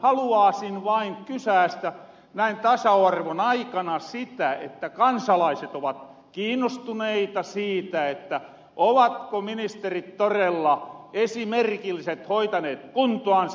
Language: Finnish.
haluaasin vain kysäästä näin tasa arvon aikana sitä kun kansalaiset ovat kiinnostuneita siitä ovatko ministerit torella esimerkillisesti hoitaneet kuntoansa